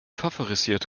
favorisiert